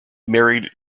married